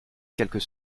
quelques